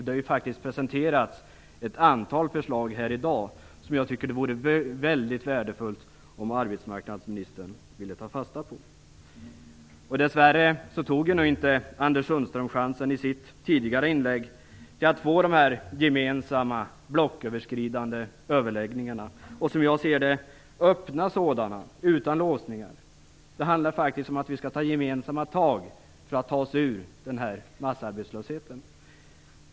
Det har presenterats ett antal förslag här i dag som jag tycker att det vore väldigt värdefullt om arbetsmarknadsministern ville ta fasta på. Dess värre tog Anders Sundström i sitt tidigare inlägg inte chansen att få till stånd de här gemensamma, blocköverskridande överläggningarna, som skulle vara öppna och utan låsningar. Det handlar om att vi skall ta gemensamma tag för att ta oss ur massarbetslösheten.